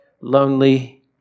lonely